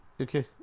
Okay